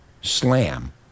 slam